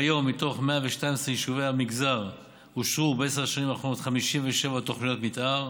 כיום מתוך 112 יישובי המגזר אושרו בעשר השנים האחרונות 57 תוכניות מתאר,